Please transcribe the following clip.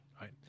Right